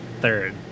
Third